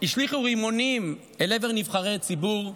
השליכו רימונים אל עבר נבחרי ציבור,